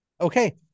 okay